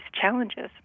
challenges